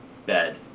Bed